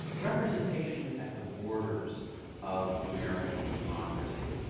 ah representation at the borders of american democracy.